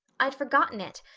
i'd forgotten it,